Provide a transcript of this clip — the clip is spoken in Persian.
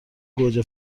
گوجه